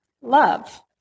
love